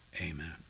Amen